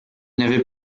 n’avait